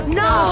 no